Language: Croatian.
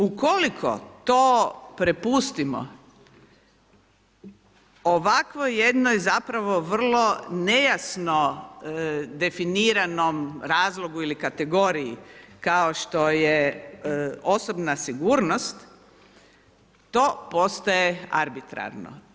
Ukoliko to prepustimo ovakvoj jednoj zapravo vrlo nejasno definiranom razlogu ili kategoriji kao što je osobna sigurnost, to postaje arbitrarno.